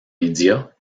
média